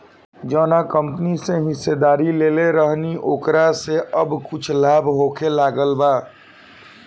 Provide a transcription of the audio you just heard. जावना कंपनी के हिस्सेदारी लेले रहनी ओकरा से अब कुछ लाभ होखे लागल बा